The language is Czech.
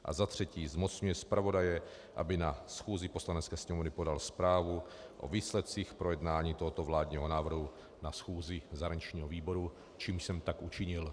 A za třetí, zmocňuje zpravodaje, aby na schůzi Poslanecké sněmovny podal zprávu o výsledcích projednání tohoto vládního návrhu na schůzi zahraničního výboru, čímž jsem tak učinil.